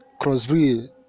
crossbreed